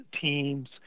teams